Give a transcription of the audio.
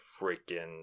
freaking